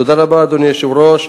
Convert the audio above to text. תודה רבה, אדוני היושב-ראש.